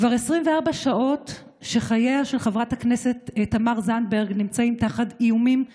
כבר 24 שעות שחייה של חברת הכנסת תמר זנדברג נמצאים תחת איומים כבדים.